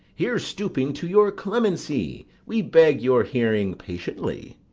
here stooping to your clemency, we beg your hearing patiently.